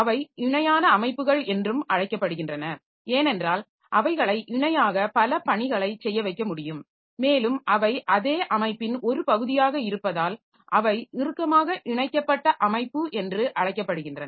அவை இணையான அமைப்புகள் என்றும் அழைக்கப்படுகின்றன ஏனென்றால் அவைகளை இணையாக பல பணிகளைச் செய்ய வைக்க முடியும் மேலும் அவை அதே அமைப்பின் ஒரு பகுதியாக இருப்பதால் அவை இறுக்கமாக இணைக்கப்பட்ட அமைப்பு என்று அழைக்கப்படுகின்றன